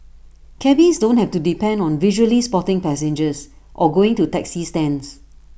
cabbies don't have to depend on visually spotting passengers or going to taxi stands